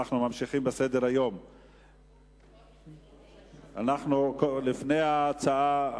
אנחנו עוברים לנושא הבא: הצעת חוק